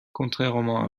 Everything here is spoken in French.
contrairement